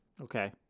Okay